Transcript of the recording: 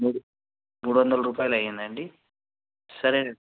మూడు మూడు వందలు రూపాయలు అయిందాండి సరే